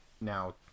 now